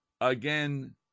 again